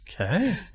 Okay